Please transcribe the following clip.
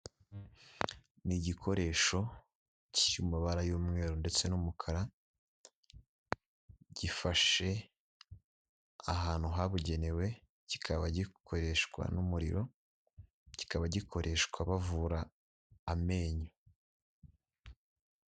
Ni igikoresho kiri mu mabara y'umweru ndetse n'umukara gifashe ahantu habugenewe, kikaba gikoreshwa n'umuriro, kikaba gikoreshwa bavura amenyo.